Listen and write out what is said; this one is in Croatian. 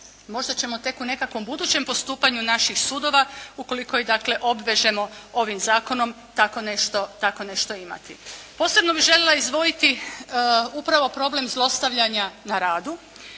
Možda ćemo tek u nekakvom budućem postupanju naših sudova ukoliko ih dakle obvežemo ovim zakonom tako nešto, tako nešto imati. Posebno bih željela izdvojiti upravo problem zlostavljanje na radu